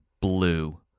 blue